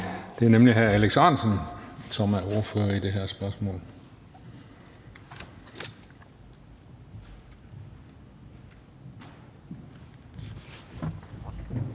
Det er nemlig hr. Alex Ahrendtsen, der er ordfører i den her sag.